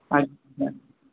ଆଜ୍ଞା